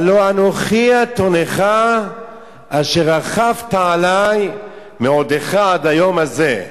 הלוא אני אתונך אשר רכבת עלי מעודך עד היום הזה.